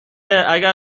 اگر